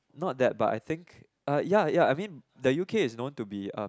not that but I think uh ya ya I mean the U_K is known to be um